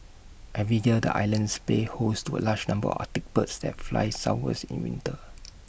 every year the island plays host to A large number Arctic birds that fly southwards in winter